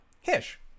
Hish